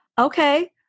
okay